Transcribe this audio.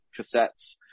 cassettes